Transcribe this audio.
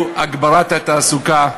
הוא הגברת התעסוקה,